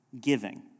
giving